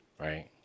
right